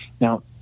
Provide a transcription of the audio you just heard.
Now